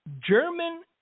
German